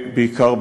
בעיקר,